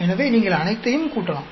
எனவே நீங்கள் அனைத்தையும் கூட்டலாம்